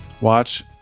watch